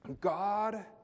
God